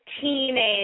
teenage